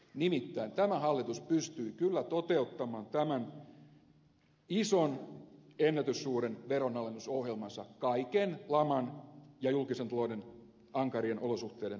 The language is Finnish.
nimittäin tämä hallitus pystyi kyllä toteuttamaan tämän ison ennätyssuuren veronalennusohjelmansa kaiken laman ja julkisen talouden ankarien olosuhteiden aikana